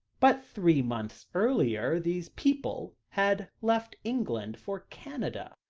but three months earlier these people had left england for canada,